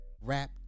rap